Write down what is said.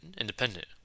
Independent